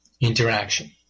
interaction